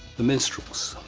the minstrels,